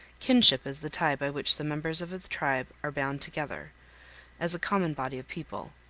kinship is the tie by which the members of the tribe are bound together as a common body of people.